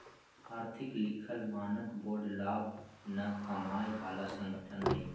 आर्थिक लिखल मानक बोर्ड लाभ न कमाय बला संगठन हइ